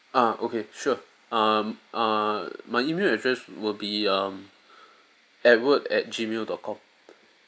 ah okay sure um uh my email address will be um edward at gmail dot com